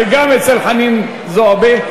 וגם אצל חנין זועבי.